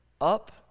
up